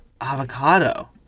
Avocado